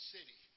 City